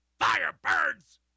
Firebirds